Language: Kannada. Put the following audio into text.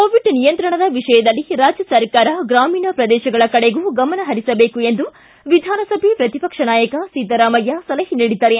ಕೋವಿಡ್ ನಿಯಂತ್ರಣದ ವಿಷಯದಲ್ಲಿ ರಾಜ್ಯ ಸರ್ಕಾರ ಗ್ರಾಮೀಣ ಪ್ರದೇಶಗಳ ಕಡೆಗೂ ಗಮನಹರಿಸಬೇಕು ಎಂದು ವಿಧಾನಸಭೆ ಪ್ರತಿಪಕ್ಷ ನಾಯಕ ಸಿದ್ದರಾಮಯ್ಯ ಸಲಹೆ ನೀಡಿದ್ದಾರೆ